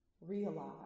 realize